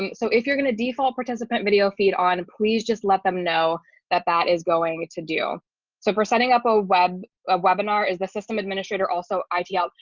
yeah so if you're going to default participant video feed on please just let them know that that is going to do so for setting up a web ah webinar is the system administrator. also it out?